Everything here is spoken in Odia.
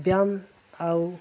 ବ୍ୟାୟାମ ଆଉ